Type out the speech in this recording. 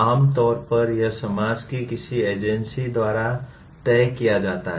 आम तौर पर यह समाज की किसी एजेंसी द्वारा तय किया जाता है